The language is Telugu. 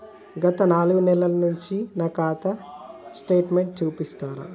గత నాలుగు నెలల నుంచి నా ఖాతా స్టేట్మెంట్ చూపిస్తరా?